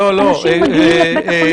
אנשים מגיעים לבתי החולים.